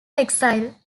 exile